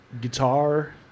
guitar